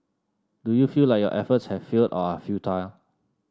do you feel like your efforts have failed or are futile